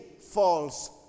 false